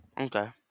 Okay